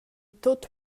tut